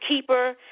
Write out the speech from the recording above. keeper